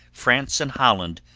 france, and holland,